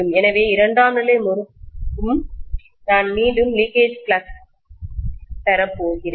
எனவே இரண்டாம் நிலை முறுக்குக்கும் நான் மீண்டும் லீக்கேஜ் ஃப்ளக்ஸ் கசிவு பாய்ச்சலைப் பெறப்போகிறேன்